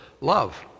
love